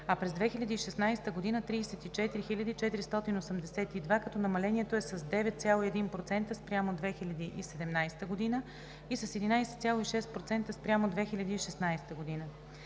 а през 2016 г. – 34 482, като намалението е с 9,1% спрямо 2017 г. и с 11,6% спрямо 2016 г.